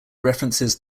references